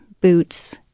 boots